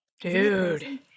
Dude